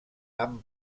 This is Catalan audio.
han